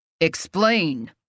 Explain